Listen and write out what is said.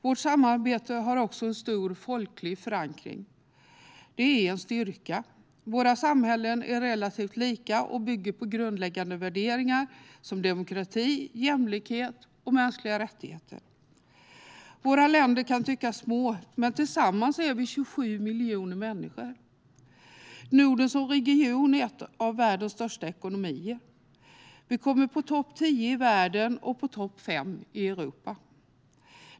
Vårt samarbete har också stor folklig förankring. Det är en styrka. Våra samhällen är relativt lika och bygger på grundläggande värderingar som demokrati, jämlikhet och mänskliga rättigheter. Våra länder kan tyckas små, men tillsammans är vi 27 miljoner människor. Norden som region är en av världens största ekonomier. Vi hamnar på topp tio i världen och på topp fem i Europa.